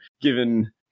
given